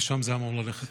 לשם זה אמור ללכת.